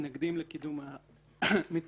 מתנגדים לקידום החקיקה.